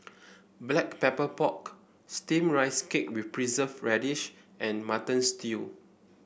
Black Pepper Pork steamed Rice Cake with Preserved Radish and Mutton Stew